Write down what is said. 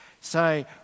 say